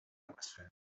atmosphere